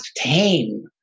tame